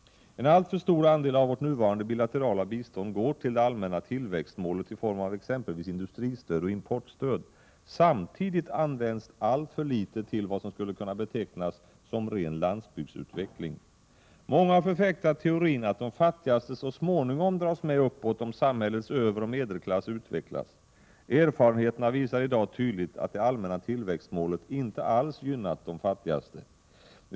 En alltför stor andel av vårt nuvarande bilaterala bistånd går till det allmänna tillväxtmålet i form av exempelvis industristöd och importstöd. Samtidigt används alltför litet till vad som skulle kunna betecknas som ren landsbygdsutveckling. Många har förfäktat teorin att de fattigaste så småningom dras med uppåt om samhällets överoch medelklass utvecklas. Erfarenheterna visar i dag tydligt att det allmänna tillväxtmålet inte alls gynnat de fattigaste.